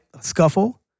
scuffle